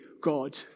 God